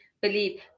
believe